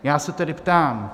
Já se tedy ptám.